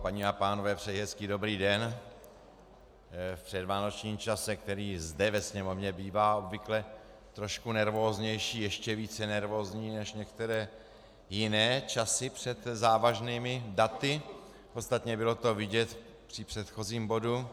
Paní a pánové, přeji hezký dobrý den v předvánočním čase, který zde ve Sněmovně bývá obvykle trošku nervóznější, ještě více nervózní než některé jiné časy před závažnými daty, ostatně bylo to vidět při předchozím bodu.